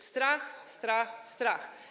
Strach, strach, strach.